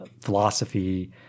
philosophy